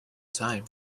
time